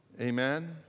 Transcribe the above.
Amen